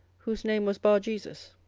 whose name was barjesus